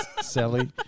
Sally